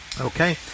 Okay